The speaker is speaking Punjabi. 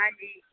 ਹਾਂਜੀ